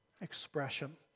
expression